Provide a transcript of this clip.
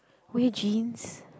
wear jeans